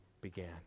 began